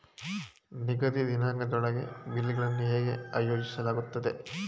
ನಿಗದಿತ ದಿನಾಂಕದೊಳಗೆ ಬಿಲ್ ಗಳನ್ನು ಹೇಗೆ ಆಯೋಜಿಸಲಾಗುತ್ತದೆ?